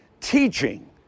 Teaching